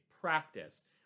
practice